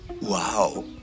Wow